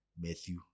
matthew